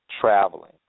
traveling